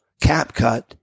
CapCut